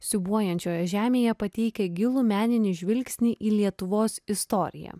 siūbuojančioje žemėje pateikia gilų meninį žvilgsnį į lietuvos istoriją